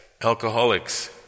alcoholics